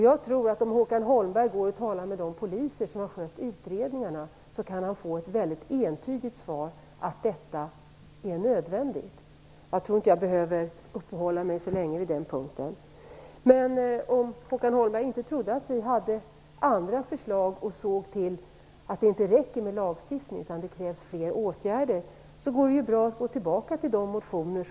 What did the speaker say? Jag tror att om Håkan Holmberg talar med de poliser som har skött utredningarna får han ett väldigt entydigt svar att detta är nödvändigt. Jag behöver nog inte uppehålla mig så länge vid den punkten. Men om Håkan Holmberg tror att vi inte har andra förslag och att vi inte inser att det inte räcker med lagstiftning utan att det krävs fler åtgärder, går det ju bra att gå tillbaka till motionerna.